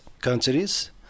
countries